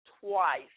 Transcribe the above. twice